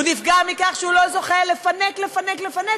הוא נפגע מכך שהוא לא זוכה לפנק, לפנק, לפנק.